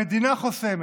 וגם אימוץ המדינה חוסמת.